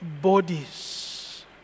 bodies